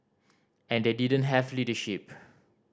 and they didn't have leadership